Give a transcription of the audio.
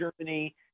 Germany